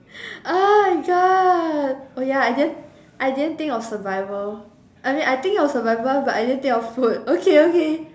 oh God oh ya I didn't I didn't think of survival I mean I think of survival but I didn't think of food okay okay